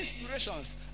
inspirations